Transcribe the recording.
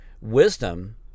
Wisdom